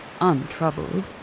untroubled